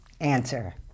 answer